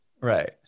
Right